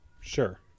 Sure